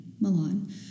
milan